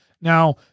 Now